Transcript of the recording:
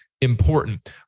important